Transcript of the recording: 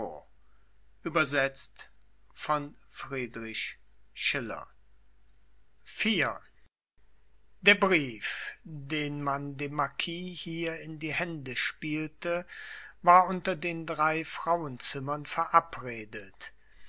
der brief den man dem marquis hier in die hände spielte war unter den drei frauenzimmern verabredet